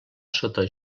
sota